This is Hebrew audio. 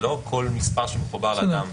זה לא כל מספר שמחובר לאדם.